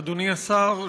אדוני השר,